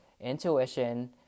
intuition